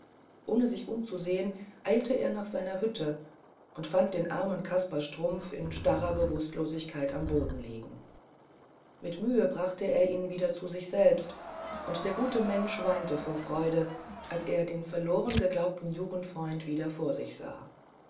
ohne sich umzusehen eilte er nach seiner hütte und fand den armen kaspar strumpf in starrer bewußtlosigkeit am boden liegen mit mühe brachte er ihn wieder zu sich selbst und der gute mensch weinte vor freude als er den verloren geglaubten jugendfreund wieder vor sich sah